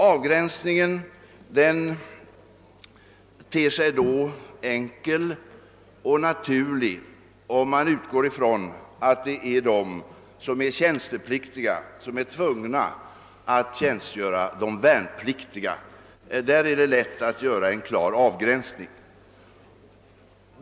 Avgränsningen ter sig då enkel och naturlig, om man utgår ifrån att skyddet skall gälla de tjänstepliktiga som är tvungna att tjänstgöra — de värnpliktiga. I fråga om dem är det lätt att göra en klar avgränsning.